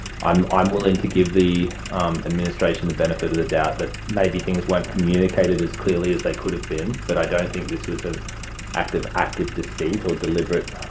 i'm i'm willing to give the administration the benefit of the doubt that maybe things weren't communicated as clearly as they could have been, but i don't think this was an ah act of active deceit or deliberate